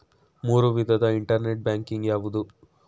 ಮೂರು ವಿಧದ internet banking ಯಾವುವು?